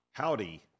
Howdy